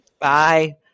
Bye